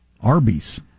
Arby's